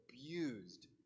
abused